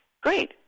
great